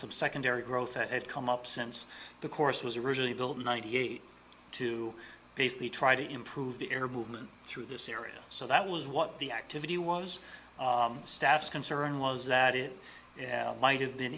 some secondary growth that had come up since the course was originally built in ninety eight to basically try to improve the air movement through this area so that was what the activity was staff's concern was that it might have been